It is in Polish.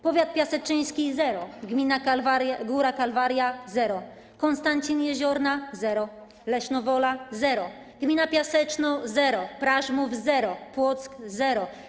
Powiat piaseczyński - zero, gmina Góra Kalwaria - zero, Konstancin-Jeziorna - zero, Lesznowola - zero, gmina Piaseczno - zero, Prażmów - zero, Płock - zero.